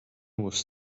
was